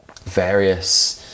various